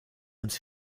uns